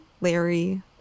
larry